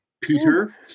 Peter